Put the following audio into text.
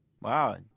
Wow